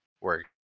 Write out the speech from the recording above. work